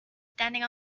standing